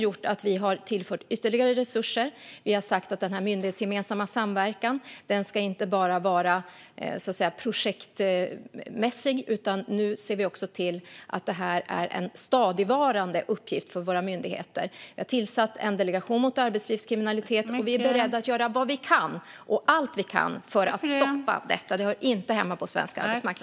Ytterligare resurser har därefter tillförts, och den myndighetsgemensamma samverkan ska inte längre drivas i projektform utan vara stadigvarande. Vi har även tillsatt en delegation mot arbetslivskriminalitet. Vi är beredda att göra allt vi kan för att för att stoppa detta. Det hör inte hemma på svensk arbetsmarknad.